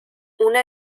una